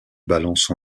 balance